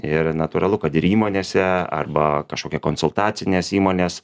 ir natūralu kad ir įmonėse arba kažkokia konsultacinės įmonės